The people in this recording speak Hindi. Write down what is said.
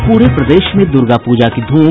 और पूरे प्रदेश में दुर्गा पूजा की धूम